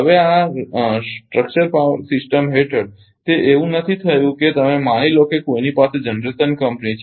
હવે આ structure system હેઠળ તે એવું નથી થયું કે તમે માની લો કે કોઈની પાસે જનરેશન કંપની છે